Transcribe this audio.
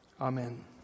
Amen